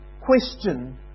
question